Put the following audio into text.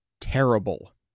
terrible